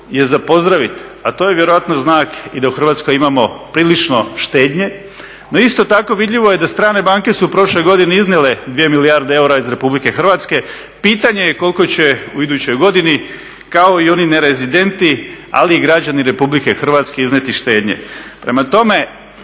je za pozdraviti,a to je vjerojatno znak da u Hrvatskoj imamo prilično štednje. No isto tako vidljivo je da su strane banke u prošloj godini iznijele 2 milijarde eura iz RH. pitanje koliko će u idućoj godini kao i oni nerezidenti ali i građani RH iznijeti štednje. Prema tome,